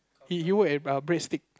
he he work at err bread street